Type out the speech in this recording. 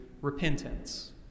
repentance